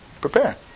Prepare